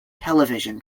television